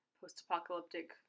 post-apocalyptic